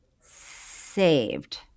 saved